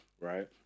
right